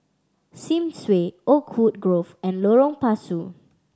Sims Way Oakwood Grove and Lorong Pasu